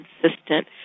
consistent